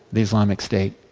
the islamic state.